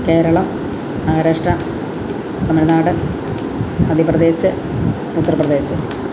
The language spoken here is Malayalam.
കേരളം മഹാരാഷ്ട്ര തമിഴ്നാട് മധ്യപ്രദേശ് ഉത്തർപ്രദേശ്